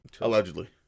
allegedly